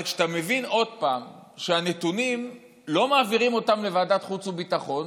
אבל כשאתה מבין עוד פעם שלא מעבירים את הנתונים לוועדת החוץ והביטחון,